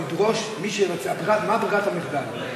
מה ברירת המחדל?